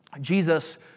Jesus